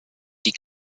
die